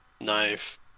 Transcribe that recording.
Knife